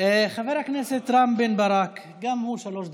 חבר הכנסת רם בן ברק, גם הוא שלוש דקות.